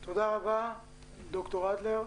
תודה רבה, ד"ר אדלר.